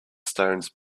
stones